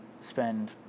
spend